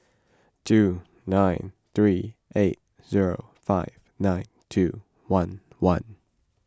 two nine three eight zero five nine two one one